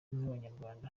nk’abanyarwanda